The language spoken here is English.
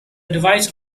device